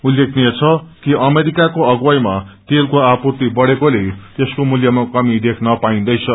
उत्लेखनीय छ कि अमेरिकाको अगुवाईमा तेलको आपूव्रि बढ़ेकोले यसको मूल्यमा कमी देख्न पाईन्दैछ